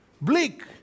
bleak